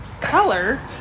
color